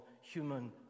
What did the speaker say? human